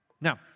Now